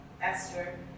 Esther